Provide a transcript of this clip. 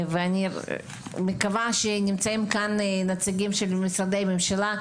אני מקווה שנמצאים כאן נציגי משרדי הממשלה.